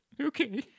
Okay